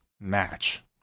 match